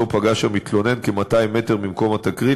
שאותו פגש המתלונן כ-200 מטר ממקום התקרית,